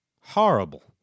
Horrible